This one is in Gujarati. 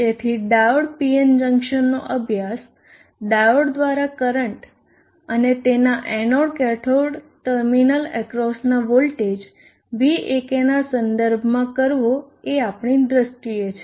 તેથી ડાયોડ PN જંકશનનો અભ્યાસ ડાયોડ દ્વારા કરંટ અને તેના એનોડ કેથોડ ટર્મિનલ એક્રોસના વોલ્ટેજ Vak નાં સંદર્ભમાં કરવો એ આપણી દ્રષ્ટિએ છે